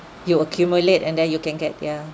you accumulate and then you can get ya